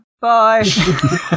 Bye